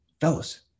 fellas